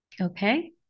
Okay